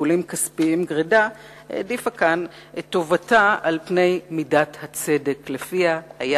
משיקולים כספיים גרידא העדיפה כאן את טובתה על פני מידת הצדק לפיה היה